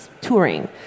touring